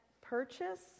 purchase